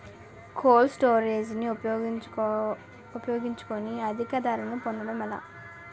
Cold storage ని ఉపయోగించుకొని అధిక ధరలు పొందడం ఎలా?